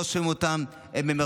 לא שומעים אותם, הם "שם"